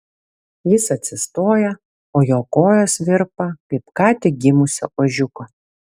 jis atsistoja o jo kojos virpa kaip ką tik gimusio ožiuko